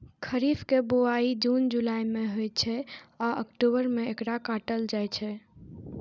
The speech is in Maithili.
खरीफ के बुआई जुन जुलाई मे होइ छै आ अक्टूबर मे एकरा काटल जाइ छै